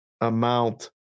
amount